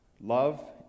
Love